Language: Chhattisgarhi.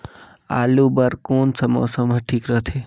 आलू बार कौन सा मौसम ह ठीक रथे?